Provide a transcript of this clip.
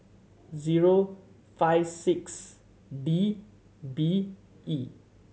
zero five six D B E